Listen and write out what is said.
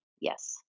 Yes